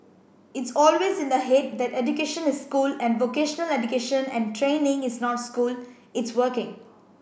it's always in the head that education is school and vocational education and training is not school it's working